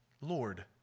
lord